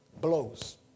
Blows